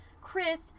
Chris